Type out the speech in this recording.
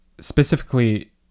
specifically